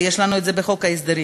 ויש לנו את זה בחוק ההסדרים,